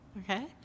Okay